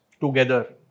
together